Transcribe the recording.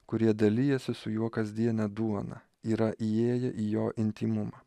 kurie dalijasi su juo kasdiene duona yra įėję į jo intymumą